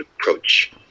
approach